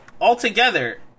altogether